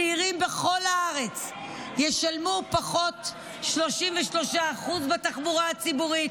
צעירים בכל הארץ ישלמו 33% פחות בתחבורה הציבורית,